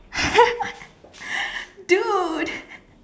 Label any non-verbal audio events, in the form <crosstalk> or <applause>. <laughs> dude <laughs>